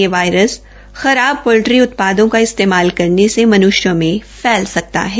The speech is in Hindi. यह वायरस खराब पोलट्री उत्पादों का इस्तेमाल करने से मन्ष्यों में फैल सकता है